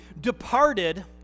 departed